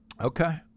Okay